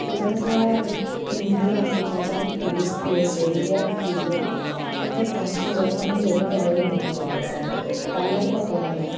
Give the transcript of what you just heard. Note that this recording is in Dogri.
ते जेह्ड़ा साढ़ा अगर अखनूर दी गल्ल कीती जाए कि टुरिस्ट प्लेस जेह्ड़ी ऐ ओह् कीऽ ऐ इत्थें ते पंज छे जगह न जेह्दे कन्नै एह् बड़ा फेमस ऐ पैह्ला ते पक्का डंगा